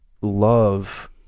love